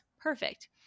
perfect